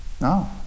No